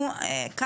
התמודדה בשבוע שעבר.